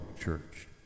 church